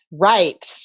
Right